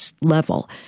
level